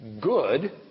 good